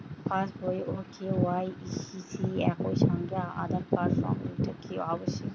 পাশ বই ও কে.ওয়াই.সি একই সঙ্গে আঁধার কার্ড সংযুক্ত কি আবশিক?